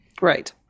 Right